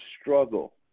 struggle